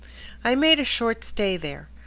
i made a short stay there.